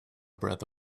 breath